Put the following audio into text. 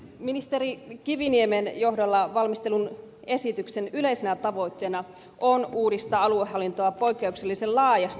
ministeri kiviniemen johdolla valmistellun esityksen yleisenä tavoitteena on uudistaa aluehallintoa poikkeuksellisen laajasti